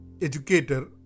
educator